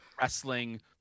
wrestling